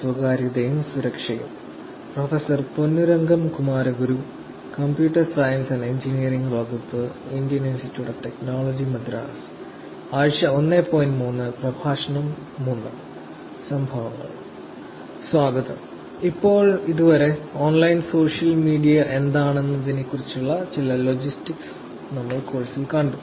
സ്വാഗതം ഇപ്പോൾ വരെ ഓൺലൈൻ സോഷ്യൽ മീഡിയ എന്താണെന്നതിനെക്കുറിച്ചുള്ള ചില ലോജിസ്റ്റിക്സ് ഞങ്ങൾ കോഴ്സിൽ കണ്ടു